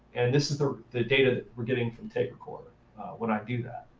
and this is the the data we're getting from take recorder when i do that.